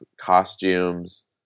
costumes